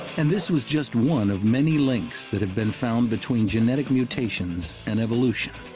and this was just one of many links that have been found between genetic mutations and evolution.